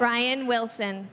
brian wilson